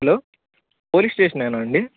hello police స్టేషనేనా అండి